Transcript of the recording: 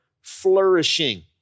flourishing